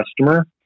customer